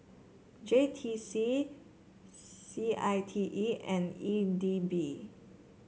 J T C C I T E and E D B